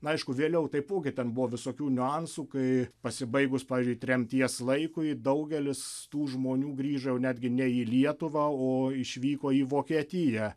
na aišku vėliau taipogi ten buvo visokių niuansų kai pasibaigus pavyzdžiui tremties laikui daugelis tų žmonių grįžo jau netgi ne į lietuvą o išvyko į vokietiją